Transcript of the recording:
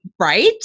Right